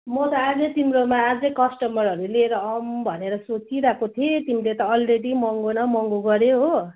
मो त अझै तिम्रोमा अझै कस्टमरहरू लिएर आउँ भनेर सोचिरहेको थिएँ तिमीले त अलरेडी महँगो न महँगो गर्यौ हो